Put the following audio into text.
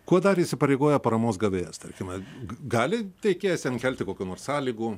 kuo dar įsipareigoja paramos gavėjas tarkime gali taikiesiems kelti kokių nors sąlygų